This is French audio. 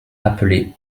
appelé